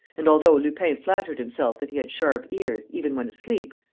and, although lupin flattered himself that he had sharp ears, even when asleep,